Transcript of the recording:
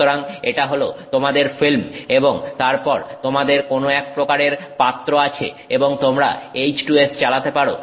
সুতরাং এটা হল তোমাদের ফিল্ম এবং তারপর তোমাদের কোন এক প্রকারের পাত্র আছে এবং তোমরা H2S চালাতে পারো